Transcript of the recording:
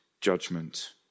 judgment